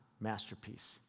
masterpiece